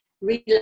Relax